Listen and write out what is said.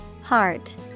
Heart